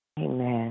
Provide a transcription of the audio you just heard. Amen